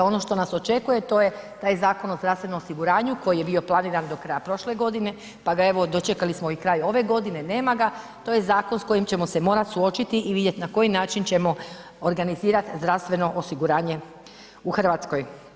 Ono što nas očekuje, to je taj Zakon o zdravstvenom osiguranju koji je bio planiran do kraja prošle godine pa ga evo dočekali smo i kraj ove godine, nema ga, to je zakon s kojim ćemo se morat suočiti vidjeti na koji način ćemo organizirati zdravstveno osiguranje u Hrvatskoj.